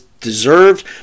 deserved